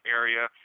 area